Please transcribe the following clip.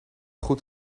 goed